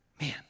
man